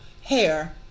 hair